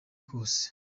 kose